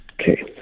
Okay